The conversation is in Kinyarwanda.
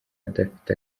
adafite